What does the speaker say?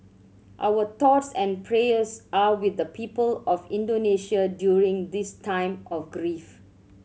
our thoughts and prayers are with the people of Indonesia during this time of grief